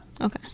Okay